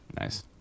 Nice